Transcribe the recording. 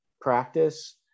practice